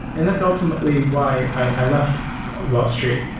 and that's ultimately why i left wall street,